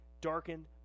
darkened